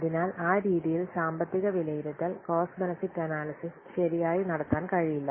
അതിനാൽ ആ രീതിയിൽ സാമ്പത്തിക വിലയിരുത്തൽ കോസ്റ്റ് ബെനെഫിറ്റ് അനാല്യ്സിസ് ശരിയായി നടത്താൻ കഴിയില്ല